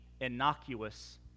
innocuous